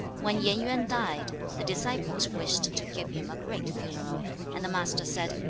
when yen yuan died, the disciples wished to give him a great funeral, and the master said,